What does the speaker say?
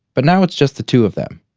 but now it's just the two of them,